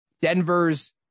Denver's